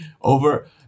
Over